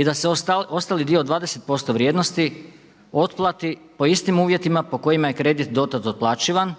i da se ostali dio od 20% vrijednosti otplati po istim uvjetima po kojima je kredit do tada otplaćivan,